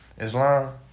Islam